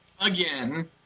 again